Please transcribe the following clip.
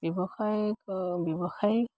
ব্যৱসায় ব্যৱসায়িক